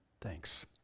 thanks